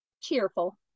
Cheerful